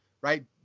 right